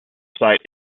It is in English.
site